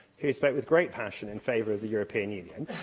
who spoke with great passion in favour of the european union,